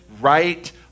right